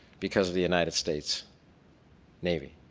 because the united states navy.